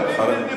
היהודים נרדפו,